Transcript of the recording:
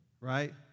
Right